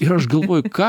ir aš galvoju ką